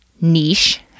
niche